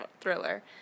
thriller